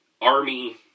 Army